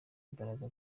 imbaraga